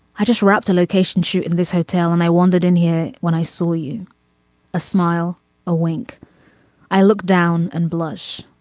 i just wrapped a location shoot in this hotel and i wandered in here. when i saw you a smile a wink i looked down and blush.